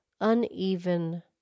uneven